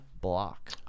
block